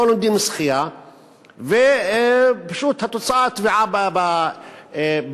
לא לומדים שחייה ופשוט התוצאה היא טביעה בים.